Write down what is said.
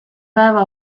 päeva